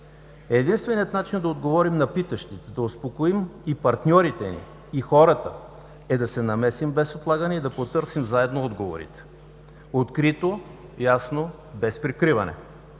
Единственият начин да отговорим на питащите, да успокоим и партньорите, и хората, е да се намесим без отлагане и да потърсим заедно отговорите – открито, ясно, без прикриване.